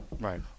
Right